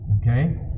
Okay